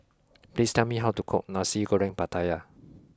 please tell me how to cook Nasi Goreng Pattaya